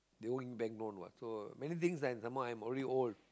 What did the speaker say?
they owe me bank loan what so many things what and some more I'm already old